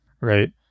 Right